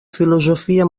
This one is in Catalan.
filosofia